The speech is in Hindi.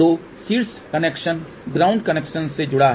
तो शीर्ष कनेक्शन ग्राउंड कनेक्शन से जुड़ा है